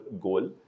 goal